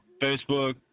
Facebook